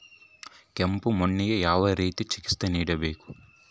ಕಪ್ಪು ಮಣ್ಣಿಗೆ ಯಾವ ರೇತಿಯ ಚಿಕಿತ್ಸೆ ನೇಡಬೇಕು?